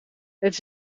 het